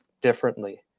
differently